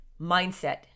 Mindset